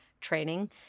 training